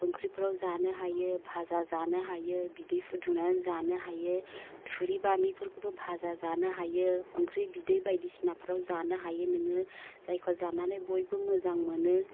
ओंख्रिफ्राव जानो हायो भाजा जानो हायो बिदै फुदुंनानै जानो हायो थुरि बामिफोरखौबो भाजा जानो हायो ओंख्रि बिदै बायदिसिनाफ्राव जानो हायो नोङो जायखौ जानानै बयबो मोजां मोनो